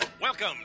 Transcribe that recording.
Welcome